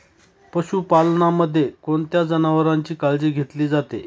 पशुपालनामध्ये कोणत्या जनावरांची काळजी घेतली जाते?